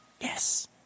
Yes